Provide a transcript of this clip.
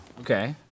Okay